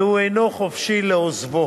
ואינו חופשי לעוזבו,